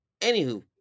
Anywho